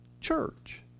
church